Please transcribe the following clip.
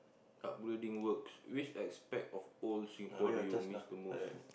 upgrading works which aspect of old Singapore do you miss the most